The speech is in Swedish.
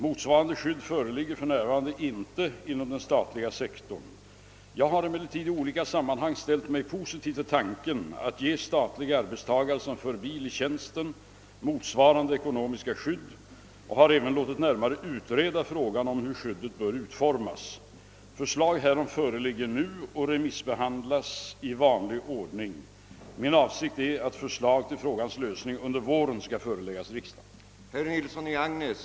Motsvarande skydd föreligger för närvarande inte inom den statliga sektorn. Jag har emellertid i olika sammanhang ställt mig positiv till tanken att ge statliga arbetstagare som för bil i tjänsten motsvarande ekonomiska skydd och har även låtit närmare utreda frågan hur skyddet bör utformas. Förslag härom föreligger nu och remissbehandlas i vanlig ordning. Min avsikt är att förslag till frågans lösning under våren skall föreläggas riksdagen.